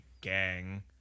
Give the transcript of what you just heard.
gang